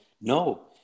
no